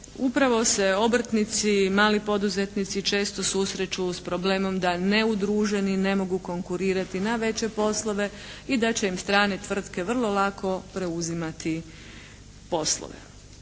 upravo se obrtnici, mali poduzetnici često susreću s problemom da neudruženi ne mogu konkurirati na veće poslove i da će im strane tvrtke vrlo lako preuzimati poslove.